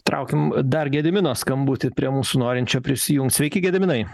traukim dar gedimino skambutį prie mūsų norinčių prisijungt sveiki gediminai